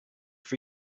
for